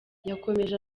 yakomeje